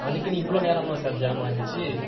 அதுக்குன்னு இவ்வளோ நேரமா சார் ஜாமானுச்சு